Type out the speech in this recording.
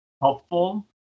helpful